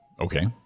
okay